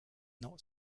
not